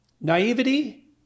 Naivety